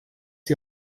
die